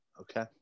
Okay